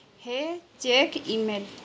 ହେ check ଇ mail